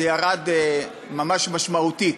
זה ירד ממש משמעותית.